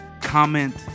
comment